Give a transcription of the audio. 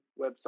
website